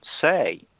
say